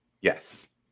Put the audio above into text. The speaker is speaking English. Yes